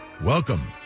Welcome